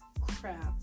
crap